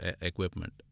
equipment